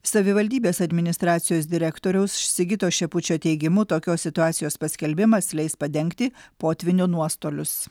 savivaldybės administracijos direktoriaus sigito šepučio teigimu tokios situacijos paskelbimas leis padengti potvynio nuostolius